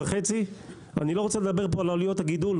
אני לא רוצה לדבר פה על עלויות הגידול,